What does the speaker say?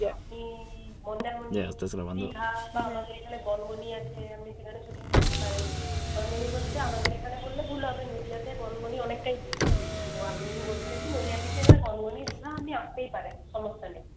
আপনি মন্দারমণি দিঘা বা আমাদের এখানে গনগনি আছে আপনি সেখানে শুটিং করতে পারেন গনগনি বলতে আমাদের এখানে বললে ভুল হবে নদীয়াতে গনগনি অনেকটাই দূর তো আমি বলতে চাইছি নদীয়া থেকে এবারে গনগনি দিঘা আপনি আসতেই পারেন সমস্যা নেই